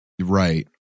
right